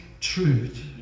truth